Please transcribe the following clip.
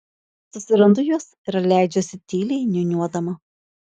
susirandu juos ir leidžiuosi tyliai niūniuodama